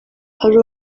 ari